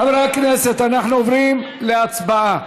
חברי הכנסת, אנחנו עוברים להצבעה,